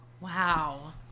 Wow